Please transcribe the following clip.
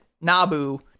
nabu